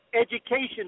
education